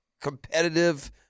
competitive